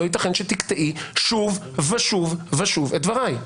לא יתכן שתקטעי שוב ושוב ושוב את דבריי.